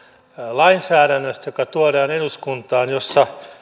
lainsäädännöstä joka tuodaan eduskuntaan jossa